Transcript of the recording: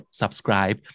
subscribe